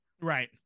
Right